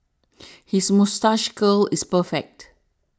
his moustache curl is perfect